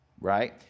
right